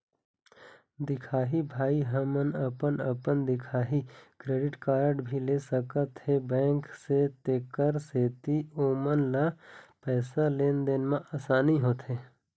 दिखाही भाई हमन अपन अपन दिखाही क्रेडिट कारड भी ले सकाथे बैंक से तेकर सेंथी ओमन ला पैसा लेन देन मा आसानी होथे?